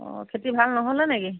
অঁ খেতি ভাল নহ'লে নেকি